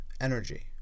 energy